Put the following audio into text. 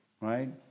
right